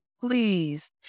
please